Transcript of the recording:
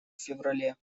феврале